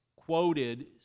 quoted